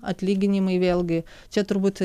atlyginimai vėlgi čia turbūt